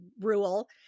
rule